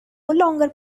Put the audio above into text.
longer